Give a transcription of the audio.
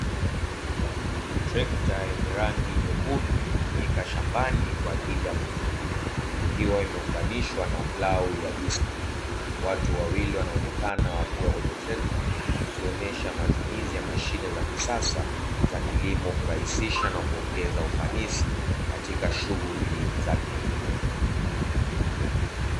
Trekta yenye rangi nyekundu ikitumika shambani kwa ajili ya kulima ikiwa imeunganishwa na plau ya diski, watu wawili wanaonekana wakiwa kwenye trekta ikionyesha matumizi ya mashine za kisasa za kilimo kurahisisha na kuongeza ufanisi katika shughuli za kilimo.